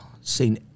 seen